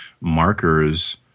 markers